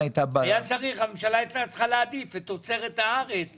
הייתה צריכה להעדיף את תוצרת הארץ